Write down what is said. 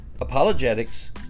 apologetics